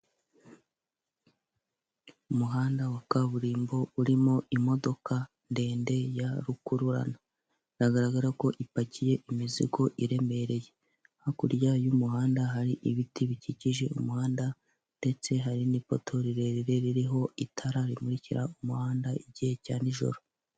Umuhanda wa kaburimbo urimo imodoka ndende ya rukururana, biragaragara ko ipakiye imizigo iremereye, hakurya y'umuhanda hari ibiti bikikije umuhanda ndetse hari n'ipoto rirerire ririho itara rimurika umuhanda igihe cya nijoro.